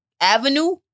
avenue